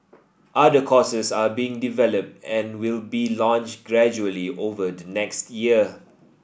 other courses are being developed and will be launched gradually over the next year